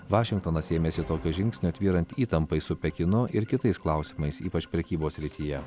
vašingtonas ėmėsi tokio žingsnio tvyrant įtampai su pekinu ir kitais klausimais ypač prekybos srityje